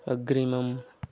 अग्रिमम्